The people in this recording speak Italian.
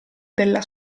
della